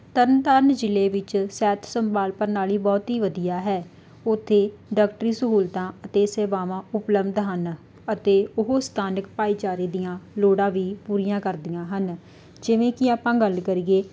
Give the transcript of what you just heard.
ਤਰਨ ਤਾਰਨ ਜ਼ਿਲ੍ਹੇ ਵਿੱਚ ਸਿਹਤ ਸੰਭਾਲ ਪ੍ਰਣਾਲੀ ਬਹੁਤ ਹੀ ਵਧੀਆ ਹੈ ਉੱਥੇ ਡਾਕਟਰੀ ਸਹੂਲਤਾਂ ਅਤੇ ਸੇਵਾਵਾਂ ਉਪਲਬਧ ਹਨ ਅਤੇ ਉਹ ਸਥਾਨਕ ਭਾਈਚਾਰੇ ਦੀਆਂ ਲੋੜਾਂ ਵੀ ਪੂਰੀਆਂ ਕਰਦੀਆਂ ਹਨ ਜਿਵੇਂ ਕਿ ਆਪਾਂ ਗੱਲ ਕਰੀਏ